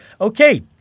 Okay